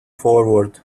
forward